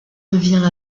revient